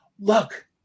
look